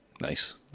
Nice